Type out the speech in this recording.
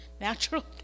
natural